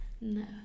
no